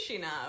now